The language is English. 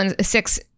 six